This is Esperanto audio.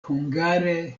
hungare